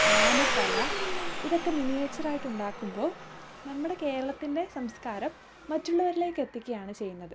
ആനത്തല ഇതൊക്കെ മിനിയേച്ചറായിട്ടുണ്ടാക്കുമ്പോള് നമ്മുടെ കേരളത്തിൻ്റെ സംസ്കാരം മറ്റുള്ളവരിലേക്കെത്തിക്കുകയാണ് ചെയ്യുന്നത്